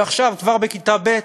ועכשיו כבר בכיתה ב'